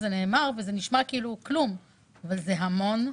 זה נאמר וזה נשמע כאילו כלום אבל זה המון.